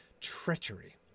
Treachery